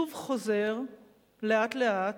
שוב חוזר לאט-לאט